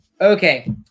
okay